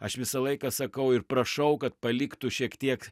aš visą laiką sakau ir prašau kad paliktų šiek tiek